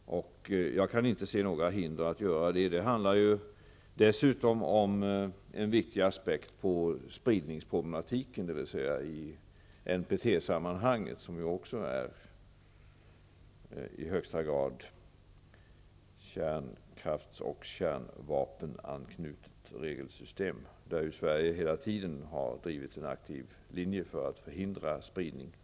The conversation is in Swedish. Jag kan inte se några hinder för att göra det. Det handlar dessutom om en viktig aspekt på spridningsproblematiken, dvs. i NPT sammanhang. Det är också i högsta grad ett kärnkrafts och kärnvapenanknutet regelsystem, där Sverige hela tiden har drivit en aktiv linje för att förhindra spridning.